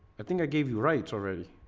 i think i gave you right already